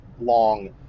long